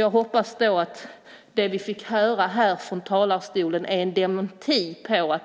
Jag hoppas att det vi fick höra här från talarstolen är en dementi av